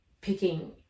picking